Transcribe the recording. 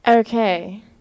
okay